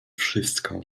wszystko